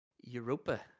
europa